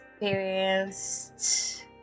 experienced